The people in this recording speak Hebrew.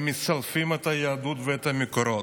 הם מסלפים את היהדות ואת המקורות.